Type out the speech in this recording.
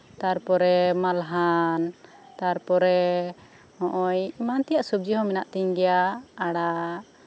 ᱛᱟᱨᱯᱚᱨᱮ ᱢᱟᱞᱦᱟᱱ ᱮᱢᱟᱱ ᱛᱮᱭᱟᱜ ᱥᱚᱵᱡᱤ ᱦᱚᱸ ᱢᱮᱱᱟᱜ ᱛᱤᱧ ᱜᱮᱭᱟ ᱟᱲᱟᱜ